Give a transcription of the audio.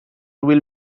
will